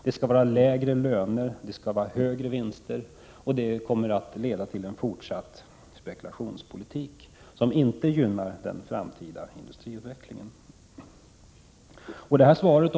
Det skall vara lägre löner och högre vinster, och det kommer att leda till en fortsatt spekulationspolitik, som inte gynnar den framtida industriutvecklingen.